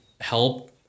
help